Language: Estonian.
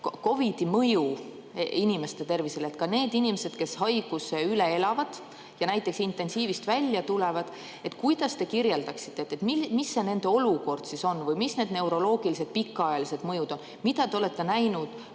COVID-i mõju inimeste tervisele. Need inimesed, kes haiguse üle elavad ja näiteks intensiivist välja tulevad – kuidas te kirjeldaksite, milline on nende olukord või millised on neuroloogilised pikaajalised mõjud, mida te olete näinud